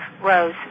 Rose